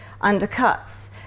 undercuts